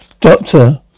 Doctor